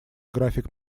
график